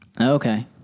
Okay